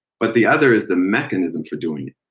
but the other is the mechanism for doing it.